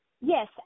Yes